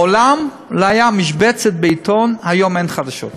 מעולם לא הייתה משבצת בעיתון: היום אין חדשות.